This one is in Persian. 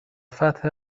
فتح